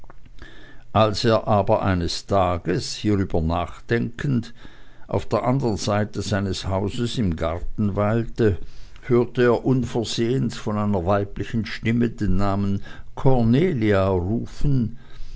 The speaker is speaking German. als er aber eines tages hierüber nachdenkend auf der anderen seite seines hauses im garten weilte hörte er unversehens von einer weiblichen stimme den namen cornelia rufen